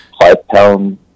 five-pound